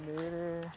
ಬೇರೆ